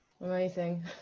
Amazing